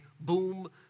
boom